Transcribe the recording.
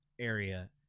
area